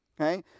okay